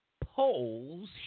polls